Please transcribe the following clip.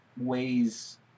ways